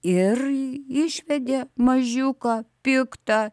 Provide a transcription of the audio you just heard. ir išvedė mažiuką piktą